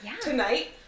tonight